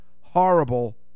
Horrible